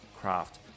craft